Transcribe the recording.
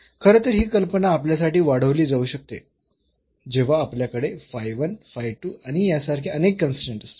खरं तर ही कल्पना आपल्यासाठी वाढविली जाऊ शकते जेव्हा आपल्याकडे फाय 1 फाय 2 आणि यासारखे अनेक कन्स्ट्रेन्टस् असतात